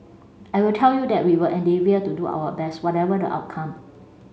I will tell you that we will endeavour to do our best whatever the outcome